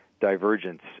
divergence